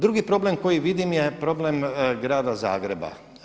Drugi problem koji vidim je problem grada Zagreba.